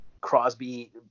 Crosby